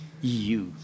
EU